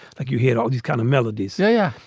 like you hear all these kind of melodies. yeah.